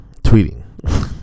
tweeting